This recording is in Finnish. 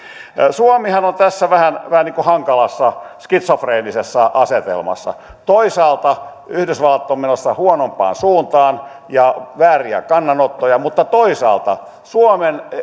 suomihan on tässä vähän niin kuin hankalassa skitsofreenisessa asetelmassa toisaalta yhdysvallat on menossa huonompaan suuntaan ja on vääriä kannanottoja mutta toisaalta suomen